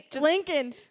Lincoln